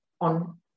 on